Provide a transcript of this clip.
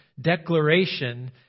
declaration